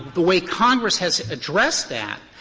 the way congress has addressed that,